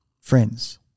friends